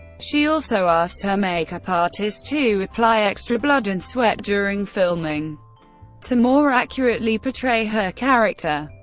she also asked her make-up artist to apply extra blood and sweat during filming to more accurately portray her character.